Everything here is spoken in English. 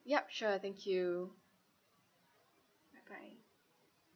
yup sure thank you bye bye